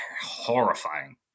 horrifying